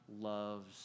loves